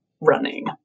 running